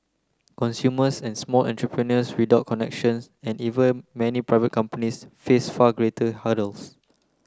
consumers and small entrepreneurs without connections and even many private companies face far greater hurdles